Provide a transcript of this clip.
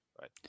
right